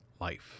Life